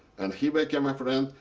and he became my friend,